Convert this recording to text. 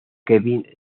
kevin